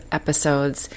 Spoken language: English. episodes